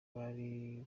bari